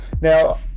Now